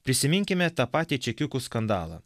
prisiminkime tą patį čekiukų skandalą